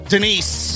Denise